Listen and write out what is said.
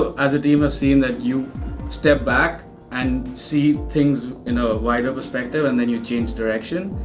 ah as a team i've seen that you step back and see things in a wider perspective and then you change direction.